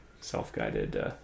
self-guided